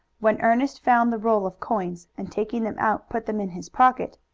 when ernest found the roll of coins, and taking them out put them in his pocket,